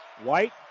white